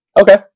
Okay